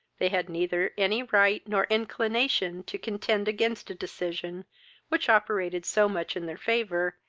they had neither any right nor inclination to contend against a decision which operated so much in their favour,